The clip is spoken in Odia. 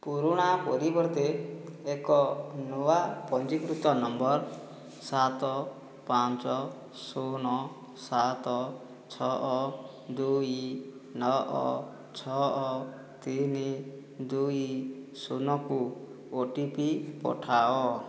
ପୁରୁଣା ପରିବର୍ତ୍ତେ ଏକ ନୂଆ ପଞ୍ଜୀକୃତ ନମ୍ବର ସାତ ପାଞ୍ଚ ଶୂନ ସାତ ଛଅ ଦୁଇ ନଅ ଛଅ ତିନି ଦୁଇ ଶୂନକୁ ଓ ଟି ପି ପଠାଅ